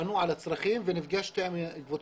אנחנו באמת מאמינים שבמדינה נורמלית,